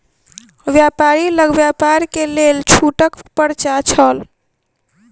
व्यापारी लग व्यापार के लेल छूटक पर्चा छल